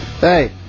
Hey